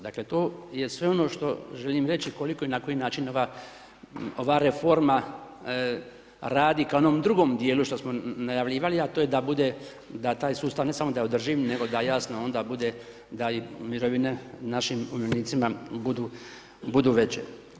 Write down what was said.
Dakle, to je sve ono što želim reći koliko i na koji način ova reforma radi ka onom drugom dijelu što smo najavljivali, a to je da bude, da taj sustav ne samo da je održiv, nego da jasno onda bude da i mirovine našim umirovljenicima budu veće.